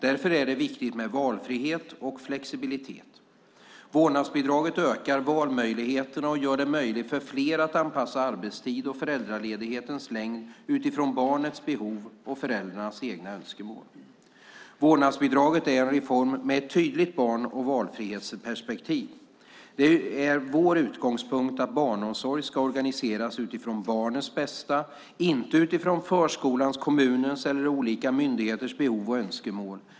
Därför är det viktigt med valfrihet och flexibilitet. Vårdnadsbidraget ökar valmöjligheterna och gör det möjligt för fler att anpassa arbetstid och föräldraledighetens längd utifrån barnets behov och föräldrarnas egna önskemål. Vårdnadsbidraget är en reform med ett tydligt barn och valfrihetsperspektiv. Det är vår utgångspunkt att barnomsorg ska organiseras utifrån barnets bästa - inte utifrån förskolans, kommunens eller olika myndigheters behov och önskemål.